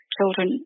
Children